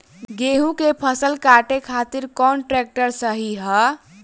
गेहूँ के फसल काटे खातिर कौन ट्रैक्टर सही ह?